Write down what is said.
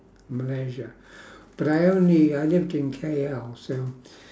malaysia but I only I lived in K_L so